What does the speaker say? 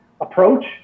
approach